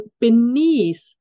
beneath